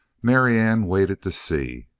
marianne waited to see,